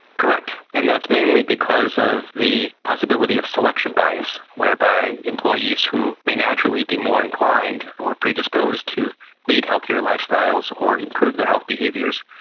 correct, and that's mainly because of the possibility of selection bias whereby employees who may naturally be more inclined or are predisposed to lead healthier lifestyles or improve their health behaviours,